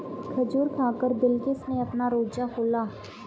खजूर खाकर बिलकिश ने अपना रोजा खोला